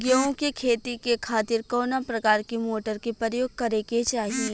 गेहूँ के खेती के खातिर कवना प्रकार के मोटर के प्रयोग करे के चाही?